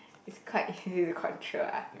is quite easy to control ah